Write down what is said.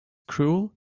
cruel